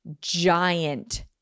giant